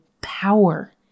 power